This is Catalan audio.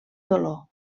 dolor